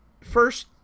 first